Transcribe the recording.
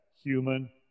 human